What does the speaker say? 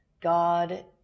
God